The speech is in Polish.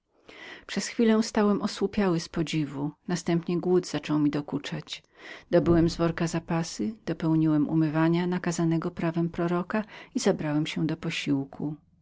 przez chwilę stałem osłupiały z podziwienia następnie głód zaczął mi dokuczać dobyłem z worka zapasy dopełniłem umywania nakazanego prawem proroka i zabrałem się do posiłku